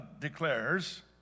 declares